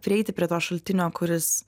prieiti prie to šaltinio kuris